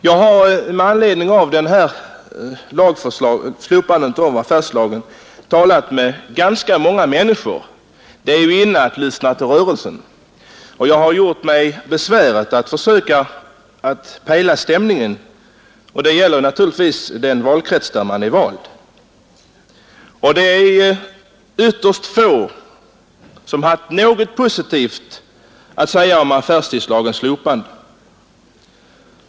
Jag har med anledning av slopandet av affärstidslagen talat med ganska många människor. Det är ju ”inne” att lyssna till rörelsen. Jag har gjort mig besväret att försöka pejla stämningen, och det gäller naturligtvis min egen valkrets. Ytterst få personer har haft något positivt att säga om affärstidslagens slopande.